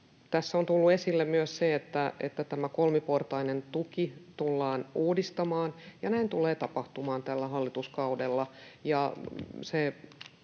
Tässä on tullut esille myös se, että tämä kolmiportainen tuki tullaan uudistamaan, ja näin tulee tapahtumaan tällä hallituskaudella.